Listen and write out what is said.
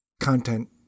content